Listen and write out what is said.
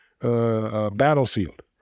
battlefield